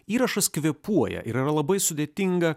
įrašas kvėpuoja ir yra labai sudėtinga